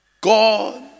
God